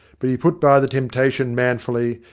but he put by the temptation manfully,